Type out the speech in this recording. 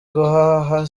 guhaha